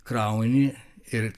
krauni ir